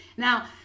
Now